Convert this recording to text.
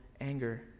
anger